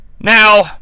Now